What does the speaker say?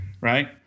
right